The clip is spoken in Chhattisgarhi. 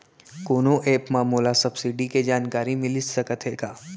कोनो एप मा मोला सब्सिडी के जानकारी मिलिस सकत हे का?